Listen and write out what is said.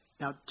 Now